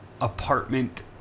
apartment